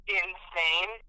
insane